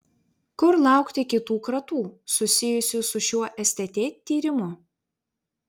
kur laukti kitų kratų susijusių su šiuo stt tyrimu